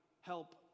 help